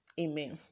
Amen